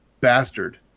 bastard